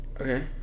Okay